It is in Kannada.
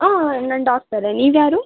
ಆಂ ನಾನು ಡಾಕ್ಟರೇ ನೀವು ಯಾರು